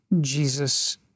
Jesus